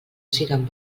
siguen